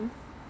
yes